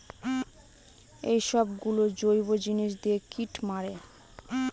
এইসব গুলো জৈব জিনিস দিয়ে কীট মারে